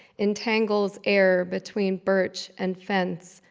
entangles air between birch and fence,